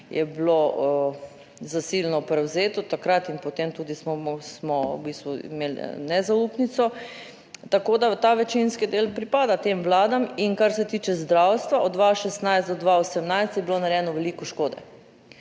je bilo za silno prevzeto takrat in potem tudi smo, smo v bistvu imeli nezaupnico. Tako da, ta večinski del pripada tem vladam. Kar se tiče zdravstva od 2016 do 2018 je bilo narejeno veliko škode,